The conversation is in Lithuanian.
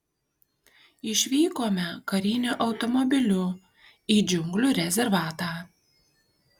išvykome kariniu automobiliu į džiunglių rezervatą